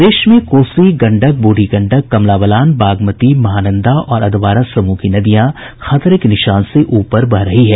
प्रदेश में कोसी गंडक बूढ़ी गंडक कमला बलान बागमती महानंदा और अधवारा समूह की नदियां खतरे के निशान से ऊपर बह रही है